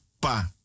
pa